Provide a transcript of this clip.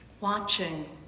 watching